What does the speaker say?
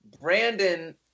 brandon